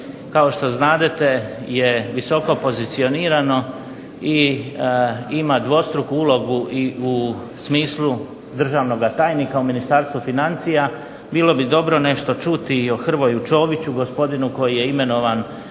kao što znadete je visoko pozicionirano, i ima dvostruku ulogu i u smislu državnoga tajnika u Ministarstvu financija, bilo bi dobro nešto čuti i o Hrvoju Čoviću, gospodinu koji je imenovan